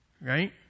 Right